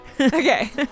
Okay